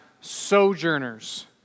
sojourners